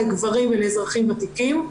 לגברים ולאזרחים ותיקים,